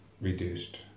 reduced